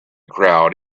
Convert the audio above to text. crowd